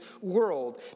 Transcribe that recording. world